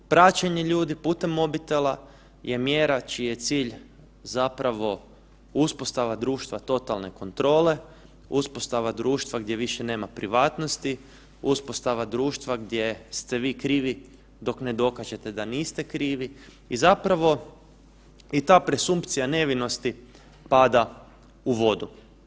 Praćenje ljudi putem mobitela je mjera čiji je cilj zapravo uspostava društva totalne kontrole, uspostava društva gdje više nema privatnosti, uspostava društva gdje ste vi krivi dok ne dokažete da niste krivi i zapravo i ta presumpcija nevinosti pada u vodu.